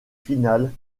final